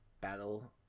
battle